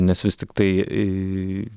nes vis tiktai